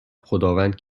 خداوند